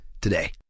today